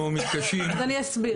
אנחנו מתקשים -- אז אני אסביר,